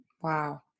Wow